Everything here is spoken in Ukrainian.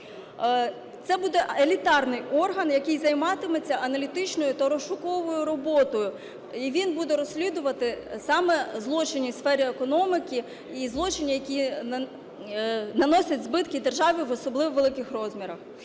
Це буде елітарний орган, який займатиметься аналітичною та розшуковую роботою. Він буде розслідувати саме злочини у сфері економіки і злочини, які наносять збитки державі в особливо великих розмірах.